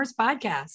Podcast